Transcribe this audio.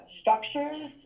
structures